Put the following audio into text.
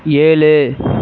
ஏழு